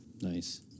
Nice